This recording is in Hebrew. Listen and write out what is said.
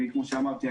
כפי שאמרתי,